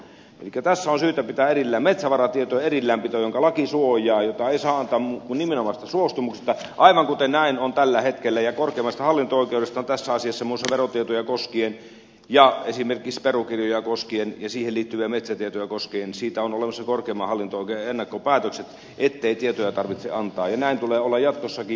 elikkä tässä on syytä pitää erillään metsävaratietojen erillään pito jonka laki suojaa ja jota ei saa antaa kuin nimenomaisesta suostumuksesta aivan kuten on tällä hetkellä ja muun muassa verotietoja koskien ja esimerkiksi perukirjoja koskien ja niihin liittyviä metsätietoja koskien on olemassa korkeimman hallinto oikeuden ennakkopäätökset ettei tietoja tarvitse antaa ja näin tulee olla jatkossakin